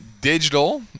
Digital